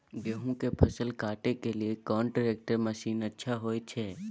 गेहूं के फसल काटे के लिए कोन ट्रैक्टर मसीन अच्छा होय छै?